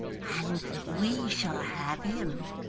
and we shall have him.